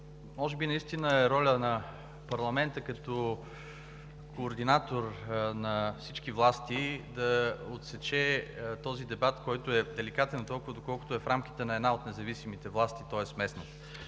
Може би наистина е роля на парламента като координатор на всички власти да отсече този дебат, който е деликатен, доколкото е в рамките на една от независимите власти, тоест местната.